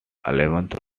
eleventh